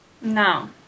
no